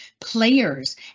players